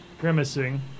grimacing